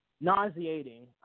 nauseating